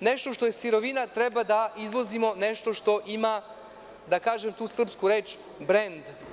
nešto što je sirovina, treba da izvozimo nešto što ima, da kažem tu srpsku reč, brend?